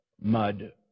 mud